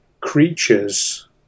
creatures